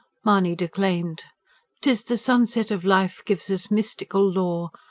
mahony declaimed tis the sunset of life gives us mystical lore,